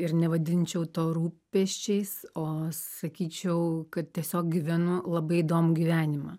ir nevadinčiau to rūpesčiais o sakyčiau kad tiesiog gyvenu labai įdomų gyvenimą